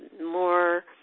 more